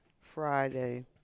Friday